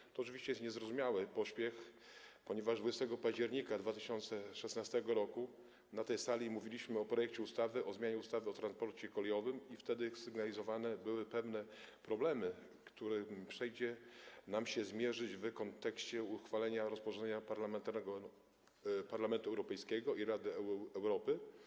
Jest to oczywiście niezrozumiały pośpiech, ponieważ 20 października 2016 r. na tej sali mówiliśmy o projekcie ustawy o zmianie ustawy o transporcie kolejowym i wtedy sygnalizowane były pewne problemy, z którymi przyjdzie nam się zmierzyć w kontekście uchwalenia rozporządzenia Parlamentu Europejskiego i Rady Europy.